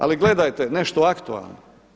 Ali gledajte nešto aktualno.